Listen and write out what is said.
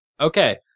okay